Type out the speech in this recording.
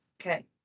Okay